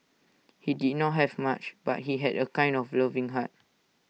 he did not have much but he had A kind and loving heart